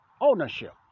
ownership